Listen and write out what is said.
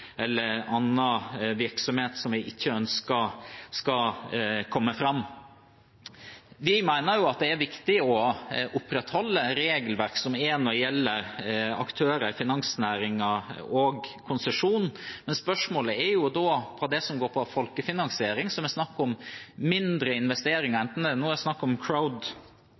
eller annen virksomhet som vi ikke ønsker å ha. Vi mener det er viktig å opprettholde det regelverket som finnes når det gjelder aktører i finansnæringen og konsesjon. Men når det gjelder folkefinansiering, og det er snakk om